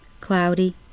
cloudy